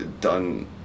done